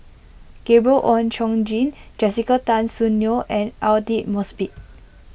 Gabriel Oon Chong Jin Jessica Tan Soon Neo and Aidli Mosbit